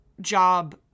job